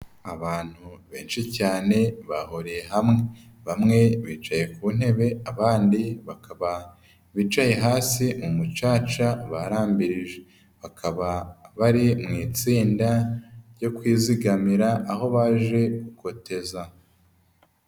Abantu benshi cyane bahuriye hamwe, bamwe bicaye ku ntebe abandi bicaye hasi mu mucaca barambirije bakaba bari mu itsinda ryo kwizigamira aho baje gukoteza.